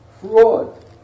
fraud